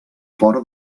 fora